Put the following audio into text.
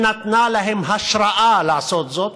שנתנה להם השראה לעשות זאת,